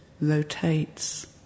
Rotates